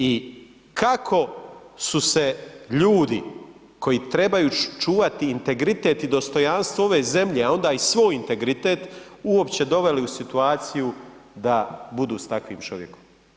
I kako su se ljudi koji trebaju čuvati integritet i dostojanstvo ove zemlje a onda i svoj integritet uopće doveli u situaciju da budu s takvim čovjekom.